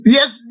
Yes